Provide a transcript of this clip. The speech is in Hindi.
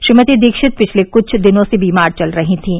श्रीमती दीक्षित पिछले कुछ दिनों से बीमार चल रही थीं